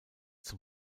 zum